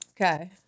Okay